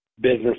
business